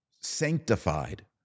sanctified